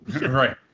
Right